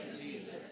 Jesus